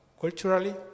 culturally